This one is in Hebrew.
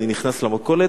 אני נכנס למכולת,